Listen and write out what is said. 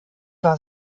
war